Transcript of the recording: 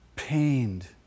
pained